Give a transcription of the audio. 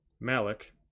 Malik